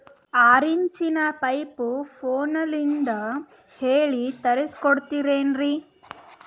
ಆರಿಂಚಿನ ಪೈಪು ಫೋನಲಿಂದ ಹೇಳಿ ತರ್ಸ ಕೊಡ್ತಿರೇನ್ರಿ?